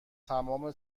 تمام